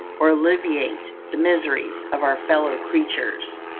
or alleviate the miseries, of our fellow-creatures.